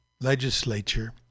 legislature